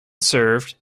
served